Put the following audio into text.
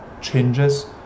changes